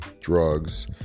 Drugs